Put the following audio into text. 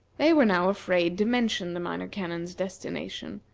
they were now afraid to mention the minor canon's destination,